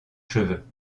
cheveux